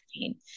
pain